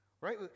right